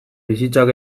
bizitzak